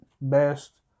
best